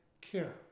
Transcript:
care